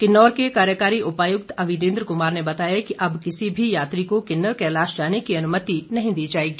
किन्नौर के कार्यकारी उपायुक्त अविनेंद्र कुमार ने बताया है कि अब किसी भी यात्री को किन्नर कैलाश जाने की अनुमति नहीं दी जाएगी